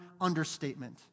understatement